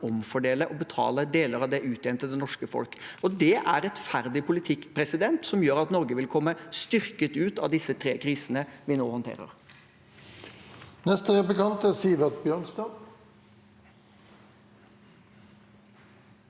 omfordele og betale deler av det ut igjen til det norske folk. Det er rettferdig politikk, som gjør at Norge vil komme styrket ut av de tre krisene vi nå håndterer.